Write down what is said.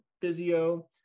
physio